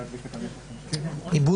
ואנא,